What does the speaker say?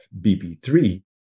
BP3